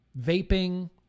Vaping